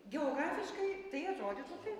geografiškai tai atrodytų taip